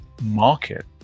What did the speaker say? market